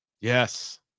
Yes